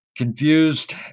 confused